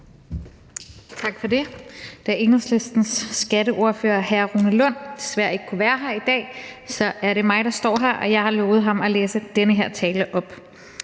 Tak for det. Da Enhedslistens skatteordfører, hr. Rune Lund, desværre ikke kunne være her i dag, er der mig, der står her, og jeg har lovet ham at læse den her tale op: